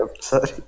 Sorry